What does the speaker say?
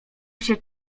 się